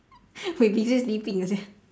ya we still sleeping sia